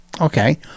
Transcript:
okay